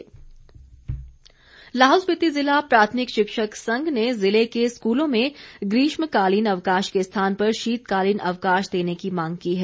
मांग लाहौल स्पिति जिला प्राथमिक शिक्षक संघ ने जिले के स्कूलों में ग्रीष्मकालीन अवकाश के स्थान पर शीतकालीन अवकाश देने की मांग की है